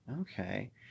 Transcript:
Okay